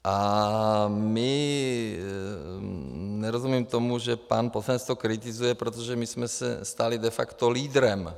A nerozumím tomu, že pan poslanec to kritizuje, protože my jsme se stali de facto lídrem.